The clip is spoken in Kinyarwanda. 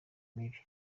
mibi